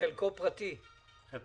איפה